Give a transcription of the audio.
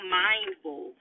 mindful